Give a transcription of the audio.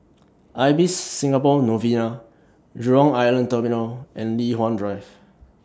Ibis Singapore Novena Jurong Island Terminal and Li Hwan Drive